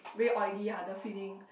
very oily ah the feeling